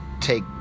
take